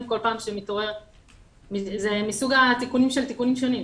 זה מסוג התיקונים שהם תיקונים שונים,